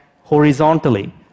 horizontally